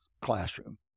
classroom